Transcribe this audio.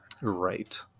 Right